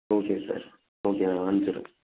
okay sir okay நான் அனுச்சிவுட்றேன்